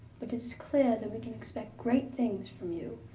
but it is clear that we can expect great things from you.